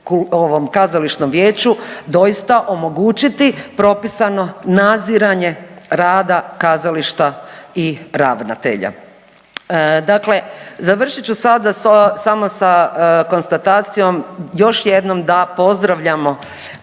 kazališnom vijeću doista omogućiti propisano nadziranje rada kazališta i ravnatelja. Dakle, završit ću sada samo sa konstatacijom još jednom da pozdravljamo